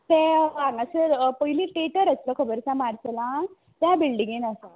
तें हांगासर पयलीं टेटर आसलो खबर आसा मार्सलान त्या बिल्डिंगेन आसा